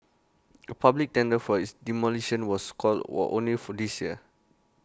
A public tender for its demolition was called were only for this year